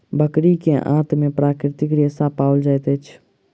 बकरी के आंत में प्राकृतिक रेशा पाओल जाइत अछि